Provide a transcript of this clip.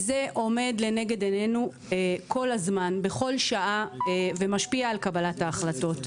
זה עומד לנגד עניינו כל הזמן בכל שעה ומשפיע על קבלת ההחלטות.